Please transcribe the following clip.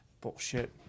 Bullshit